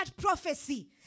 prophecy